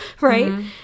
right